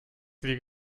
sie